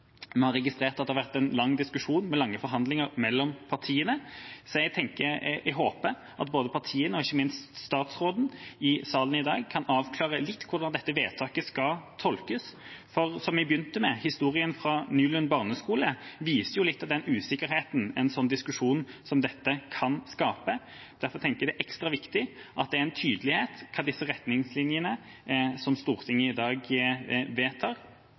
har registrert at det har vært en lang diskusjon med lange forhandlinger mellom partiene, så jeg håper at både partiene og ikke minst statsråden i salen i dag kan avklare litt hvordan dette vedtaket skal tolkes, for historien fra Nylund barneskole, som jeg begynte med, illustrerer litt av den usikkerheten en diskusjon som dette kan skape. Derfor tenker jeg at det er ekstra viktig at det er tydelig hva de retningslinjene som Stortinget i dag vedtar,